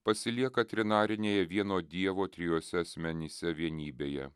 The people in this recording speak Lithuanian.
pasilieka trinarinėje vieno dievo trijuose asmenyse vienybėje